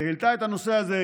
שהעלתה את הנושא הזה,